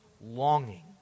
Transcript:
longing